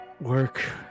work